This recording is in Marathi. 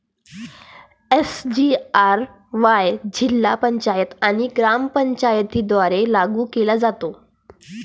एस.जी.आर.वाय जिल्हा पंचायत आणि ग्रामपंचायतींद्वारे लागू केले जाते